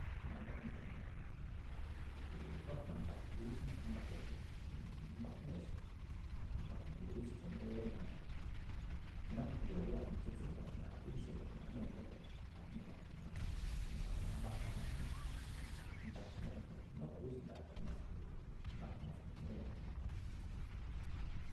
Par na ndyakna ee zi rop ma' ntak bix na kon mbak per na mbak njwi'nx porke mbaka nly abis cho ndena, nkenap ma yo yal ze nxu mbak per nea nxu mbak men ndeze, jwa'n nye mbak jwa'na par na mbak mas- mas ndak ndyakna zabay nuga bix ntak na maske mbak mas- mas naben.